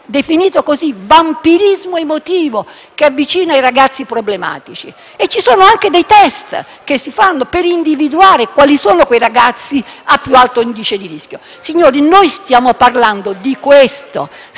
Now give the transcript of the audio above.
emotivo" - così è definito - che avvicina i ragazzi problematici. Ci sono anche dei *test* che vengono fatti per individuare quali sono i ragazzi a più alto indice di rischio. Signori, noi stiamo parlando di questo: